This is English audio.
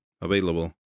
available